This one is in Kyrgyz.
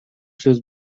сөз